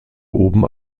oben